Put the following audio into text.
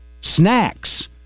snacks